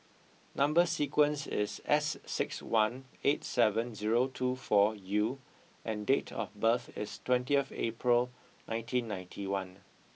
number sequence is S six one eight seven zero two four U and date of birth is twentieth April nineteen ninety one